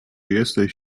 jesteś